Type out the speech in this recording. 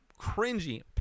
cringy